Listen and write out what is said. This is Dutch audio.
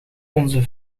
onze